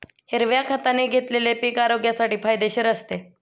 हिरव्या खताने घेतलेले पीक आरोग्यासाठी फायदेशीर असते